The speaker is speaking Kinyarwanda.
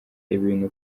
ibintu